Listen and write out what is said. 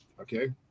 okay